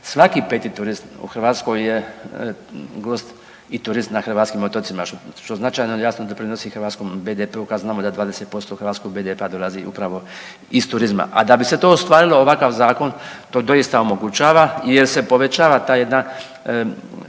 svaki 5 turist u Hrvatskoj je gost i turist na hrvatskim otocima što značajno i jasno doprinosi hrvatskom BDP-u kad znamo da 20% hrvatskog BDP-a dolazi upravo iz turizma. A da bi se to ostvarilo ovakav zakon to doista omogućava jer se povećava ta jedna